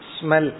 Smell